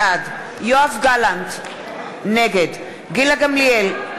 בעד יואב גלנט, נגד גילה גמליאל,